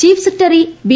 chief secretary B